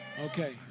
Okay